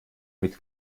mit